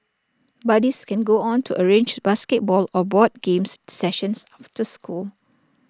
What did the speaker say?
buddies can go on to arrange basketball or board games sessions after school